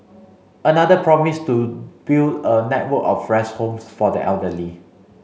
another promised to build a network of rest homes for the elderly